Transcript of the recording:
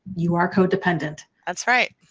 you are codependent. that's right.